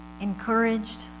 encouraged